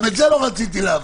גם את זה לא רציתי להביא.